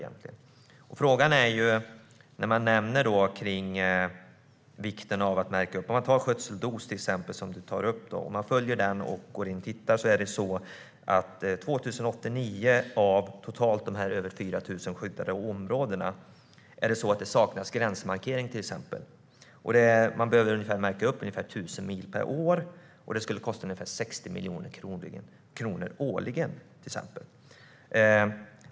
Det handlar om vikten av att märka upp. Vi kan ta Skötsel-DOS, som Åsa Romson tar upp. Om man följer den och går in och tittar ser man att i 2 089 av de totalt över 4 000 skyddade områdena saknas gränsmarkering, till exempel. Man behöver märka upp ungefär 1 000 mil per år, och det skulle kosta ca 60 miljoner kronor årligen.